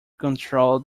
control